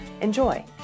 Enjoy